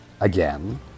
again